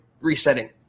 resetting